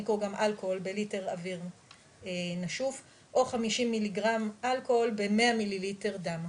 מיקרוגרם בליטר אויר נשוף או 52 מ"ג אלכוהול ב-100 מ"ל דם.